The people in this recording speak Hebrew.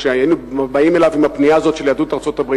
כשהיינו באים אליו עם הפנייה הזאת של יהדות ארצות-הברית,